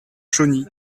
chauny